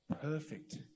Perfect